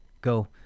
go